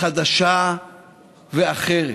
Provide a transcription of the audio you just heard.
חדשה ואחרת.